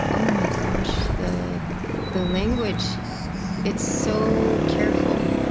oh my gosh, the the language it's so careful.